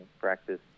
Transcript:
practice